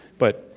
but,